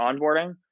onboarding